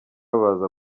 baza